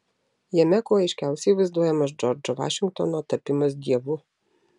jame kuo aiškiausiai vaizduojamas džordžo vašingtono tapimas dievu